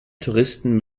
touristen